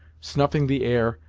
snuffing the air,